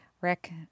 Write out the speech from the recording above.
Rick